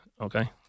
Okay